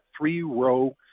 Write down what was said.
three-row